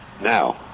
Now